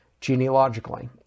Genealogically